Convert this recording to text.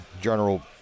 general